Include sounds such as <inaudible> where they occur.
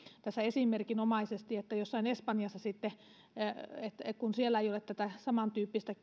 tässä esimerkinomaisesti kun jossain espanjassa sitten ei ole tätä samantyyppistä <unintelligible>